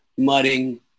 mudding